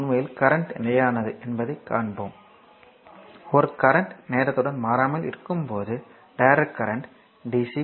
க்கு உண்மையில் கரண்ட் நிலையானது என்பதைக் காண்போம் ஒரு கரண்ட் நேரத்துடன் மாறாமல் இருக்கும்போது டைரக்ட் கரண்ட் டி